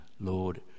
Lord